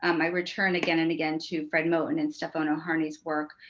um i return again and again to fred moten and stefano harney's work,